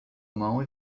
mão